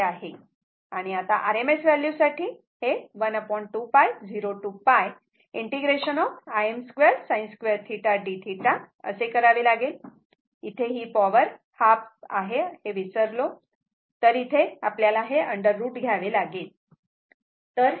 आणि आता RMS value साठी हे 12π 0 ते π ∫ Im2sin2θ dθ असे करावे लागेल इथे हे पॉवर ½ विसरलो आहोत तर इथे हे आपल्याला अंडर रूट घ्यावे लागेल